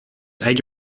age